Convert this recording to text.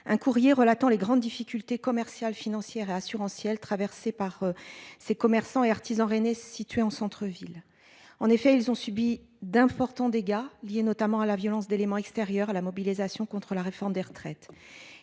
un courrier relatant les grandes difficultés commerciales, financières et assurantiel traversée par ces commerçants et artisans situé en centre-ville. En effet, ils ont subi d'importants dégâts liés notamment à la violence d'éléments extérieurs à la mobilisation contre la réforme des retraites.